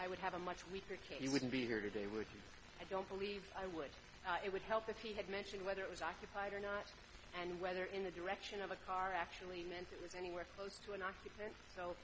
i would have a much weaker case he wouldn't be here today with you i don't believe i would it would help that he had mentioned whether it was occupied or not and whether in the direction of a car